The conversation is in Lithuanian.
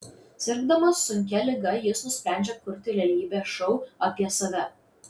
sirgdamas sunkia liga jis nusprendžia kurti realybės šou apie save